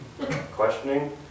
Questioning